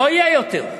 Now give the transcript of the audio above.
לא יהיה יותר.